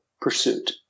pursuit